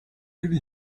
could